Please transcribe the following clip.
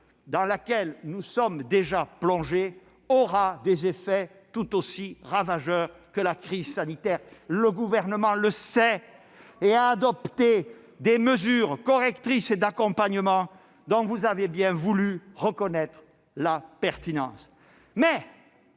dans laquelle nous sommes déjà plongés aura des effets tout aussi ravageurs que la crise sanitaire. Voire plus graves ! Le Gouvernement le sait et a adopté des mesures correctrices et d'accompagnement dont vous avez bien voulu reconnaître la pertinence.